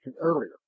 earlier